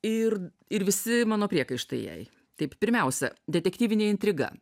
ir ir visi mano priekaištai jai taip pirmiausia detektyvinė intriga